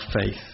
faith